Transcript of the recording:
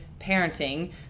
parenting